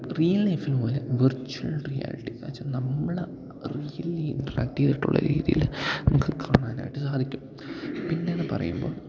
real ലൈഫിന് പോലെ virtual റിയാലിറ്റിയെന്നുവച്ചാല് നമ്മള് റിയലി ഇൻട്രാക്ട് ചെയ്തിട്ടുള്ള രീതിയില് നമുക്ക് കാണാനായിട്ട് സാധിക്കും പിന്നെ എന്നു പറയുമ്പോള്